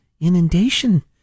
Inundation